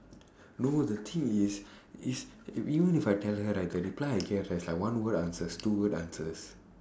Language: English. no the thing is is even if I tell her right the reply I get right is like one word answers two word answers